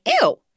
ew